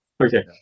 Okay